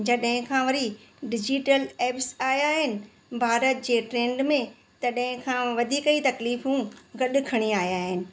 जॾहिं खां वरी डिजीटल एप्स आया आहिनि भारत जे ट्रैंड में तॾहिं खां वधीक ई तकलीफ़ू गॾु खणी आहिया आहिनि